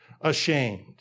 ashamed